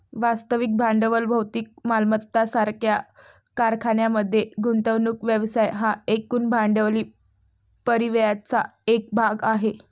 वास्तविक भांडवल भौतिक मालमत्ता सारख्या कारखान्यांमध्ये गुंतवणूक व्यवसाय हा एकूण भांडवली परिव्ययाचा एक भाग आहे